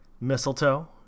mistletoe